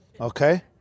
Okay